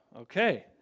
okay